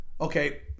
okay